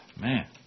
man